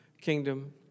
kingdom